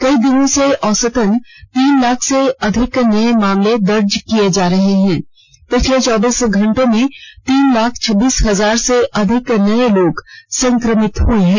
कई दिनों से औसतन तीन लाख से अधिक नए मामले दर्ज किए जा रहे हैं पिछले चौबीस घंटों में तीन लाख छब्बीस हजार से अधिक नए लोग संक्रमित हुए हैं